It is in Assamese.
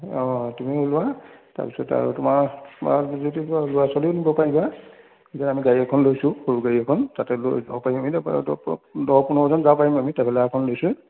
অঁ তুমি ওলোৱা তাৰ পিছতে আৰু তোমাৰ যদি কোনোবা ল'ৰা ছোৱালীয়ো নিব পাৰিবা এতিয়া আমি গাড়ী এখন লৈছোঁ সৰু গাড়ী এখন তাতে লৈ দহ পোন্ধৰজন যাব পাৰিম আমি ট্ৰেভেলাৰ এখন লৈছোঁ